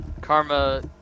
Karma